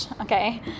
Okay